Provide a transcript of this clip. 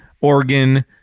organ